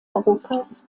europas